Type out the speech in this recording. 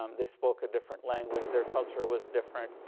um they spoke a different language, their culture was different,